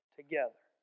together